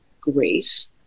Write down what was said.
grace